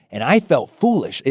and i felt foolish.